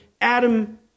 Adam